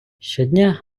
щодня